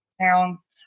pounds